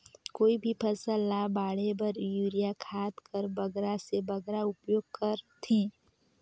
कोई भी फसल ल बाढ़े बर युरिया खाद कर बगरा से बगरा उपयोग कर थें?